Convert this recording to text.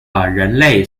人类